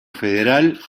federal